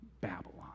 Babylon